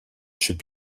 should